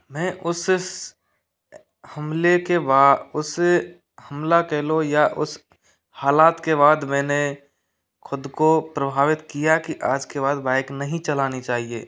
मैं उस हमले के बाद उस हमला कह लो या उस हालात के बाद मैंने खुद को प्रभावित किया कि आज के बाद बाइक नहीं चलानी चाहिए